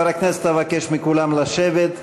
חברי הכנסת, אבקש מכולם לשבת.